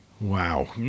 Wow